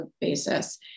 basis